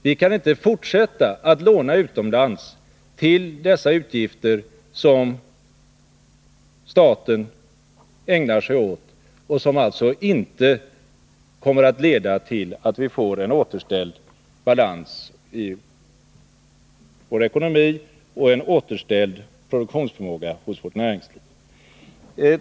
Vi kan inte fortsätta att låna utomlands till dessa utgifter, som staten ägnar sig åt och som alltså inte används så att vi får en återställd balans i vår ekonomi och en återställd produktionsförmåga hos vårt näringsliv.